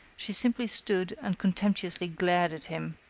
she simply stood and contemptuously glared at him.